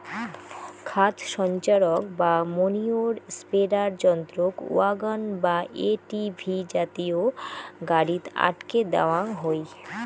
খাদ সঞ্চারক বা ম্যনিওর স্প্রেডার যন্ত্রক ওয়াগন বা এ.টি.ভি জাতীয় গাড়িত আটকে দ্যাওয়াং হই